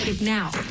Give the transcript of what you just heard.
Now